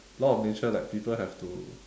law of nature like people have to